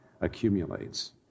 accumulates